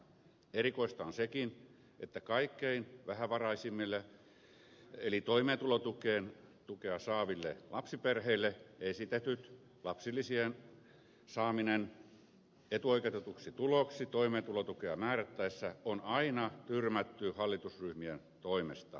erikoista on sekin että kaikkein vähävaraisimmille eli toimeentulotukea saaville lapsiperheille esitetty lapsilisien saaminen etuoikeutetuksi tuloksi toimeentulotukea määrättäessä on aina tyrmätty hallitusryhmien toimesta